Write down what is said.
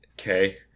Okay